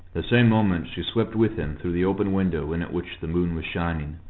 the same moment she swept with him through the open window in at which the moon was shining,